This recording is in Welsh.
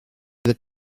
bydd